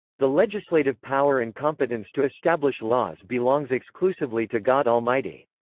the legislative power and competence to establish laws belongs exclusively to god almighty.